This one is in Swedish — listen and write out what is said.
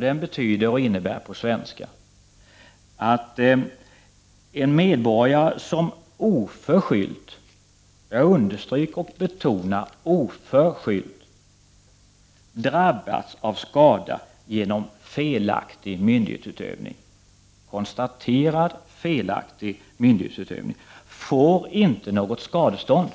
Den betyder på svenska att en medborgare som oförskyllt — jag understryker och betonar ordet oförskyllt — drabbats av skada genom konstaterat felaktig myndighetsutövning inte får något skadestånd,